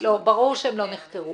ברור שהם לא נחקרו,